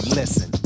listen